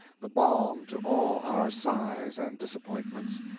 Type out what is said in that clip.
the balm to all our sighs and disappointments,